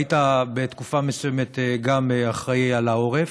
היית בתקופה מסוימת גם אחראי לעורף,